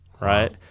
right